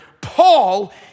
Paul